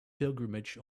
pilgrimage